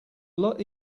lot